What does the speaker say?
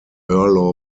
earl